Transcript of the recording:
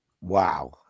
Wow